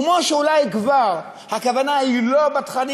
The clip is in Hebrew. כמו שאולי כבר הכוונה היא לא בתכנים